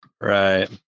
Right